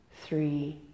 three